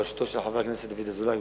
בראשותו של חבר הכנסת דוד אזולאי,